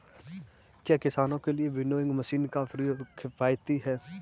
क्या किसानों के लिए विनोइंग मशीन का प्रयोग किफायती है?